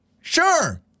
Sure